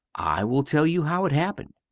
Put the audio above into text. i will tell you how it hapened,